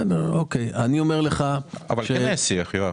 כן היה שיח, יואב.